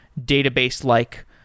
database-like